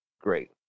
great